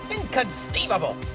Inconceivable